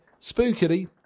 spookily